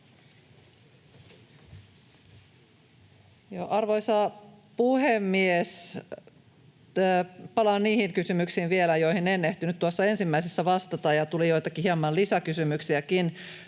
Arvoisa puhemies! Palaan vielä niihin kysymyksiin, joihin en ehtinyt tuossa ensimmäisessä vastata, ja tuli joiltakin hieman lisäkysymyksiäkin.